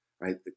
Right